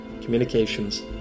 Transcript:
communications